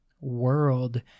world